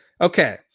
Okay